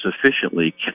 sufficiently